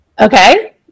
Okay